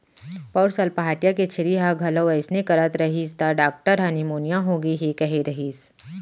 पउर साल पहाटिया के छेरी ह घलौ अइसने करत रहिस त डॉक्टर ह निमोनिया होगे हे कहे रहिस